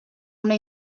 una